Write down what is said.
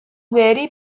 very